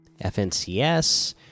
FNCS